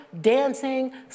dancing